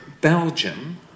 Belgium